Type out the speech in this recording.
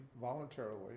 voluntarily